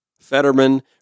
Fetterman